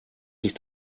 sich